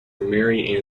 mary